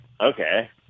okay